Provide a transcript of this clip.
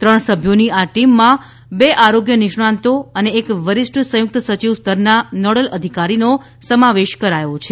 ત્રણ સભ્યોની આ ટીમમાં બે આરોગ્ય નિષ્ણાંતો અને એક વરિષ્ઠ સંયુક્ત સચિવ સ્તરના નોડલ અધિકારીનો સમાવેશ કરાયો છે